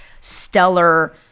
stellar